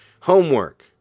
Homework